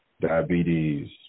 Diabetes